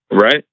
Right